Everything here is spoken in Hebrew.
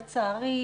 לצערי,